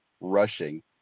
rushing